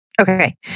okay